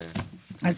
בסעיף